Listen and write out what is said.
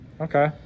okay